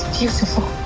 beautiful.